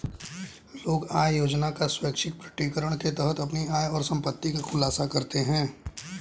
लोग आय योजना का स्वैच्छिक प्रकटीकरण के तहत अपनी आय और संपत्ति का खुलासा करते है